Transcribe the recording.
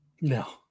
No